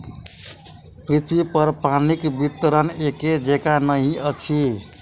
पृथ्वीपर पानिक वितरण एकै जेंका नहि अछि